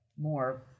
more